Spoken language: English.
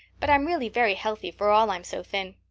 but i'm really very healthy for all i'm so thin.